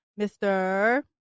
Mr